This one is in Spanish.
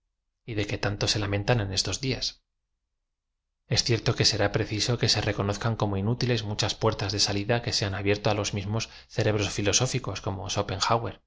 de que tanto se lamentan en es tos días es cierto que será preciso que se reconozcan como idútilea muchas puertas de salida que se han abierto á los mismos cerebros filosóficos como